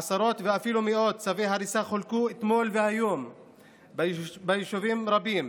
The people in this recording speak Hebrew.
עשרות ואפילו מאות צווי הריסה חולקו אתמול והיום ביישובים רבים: